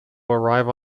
arrive